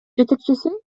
жетекчиси